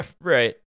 Right